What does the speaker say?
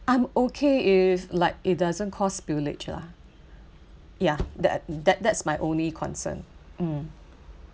I'm okay if like it doesn't cost billage lah ya that that that's my only concern mm